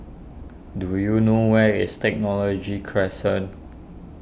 do you know where is Technology Crescent